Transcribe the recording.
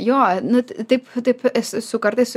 jo nu taip taip esu kartais